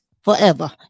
forever